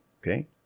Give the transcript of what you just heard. Okay